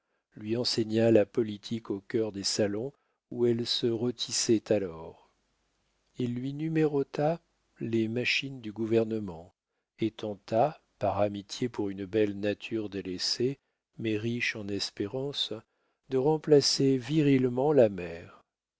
lui enseigna la politique au cœur des salons où elle se rôtissait alors il lui numérota les machines du gouvernement et tenta par amitié pour une belle nature délaissée mais riche en espérance de remplacer virilement la mère